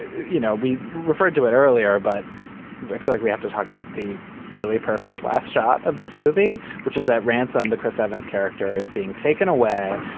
you know, we referred to it earlier but i feel like we have to talk about the really perfect last shot of this movie, which is that rants on um the chris evans character is being taken away.